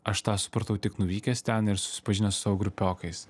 aš tą supratau tik nuvykęs ten ir susipažinęs su savo grupiokais